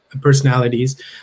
Personalities